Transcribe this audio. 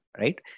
right